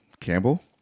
Campbell